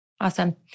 Awesome